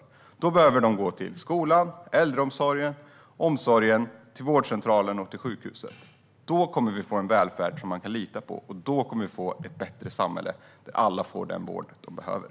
Pengarna behöver gå till skolan, äldreomsorgen, omsorgen, vårdcentralen och sjukhuset. Då kommer vi att få en välfärd som man kan lita på. Och då kommer vi att få ett bättre samhälle, där alla får den vård de behöver.